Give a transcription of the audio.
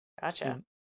gotcha